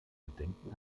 bedenken